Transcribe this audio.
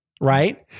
Right